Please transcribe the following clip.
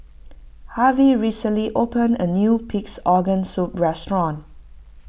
Harvey recently opened a new Pig's Organ Soup restaurant